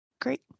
Great